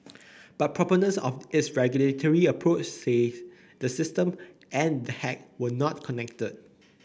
but proponents of its regulatory approach say the system and the hack were not connected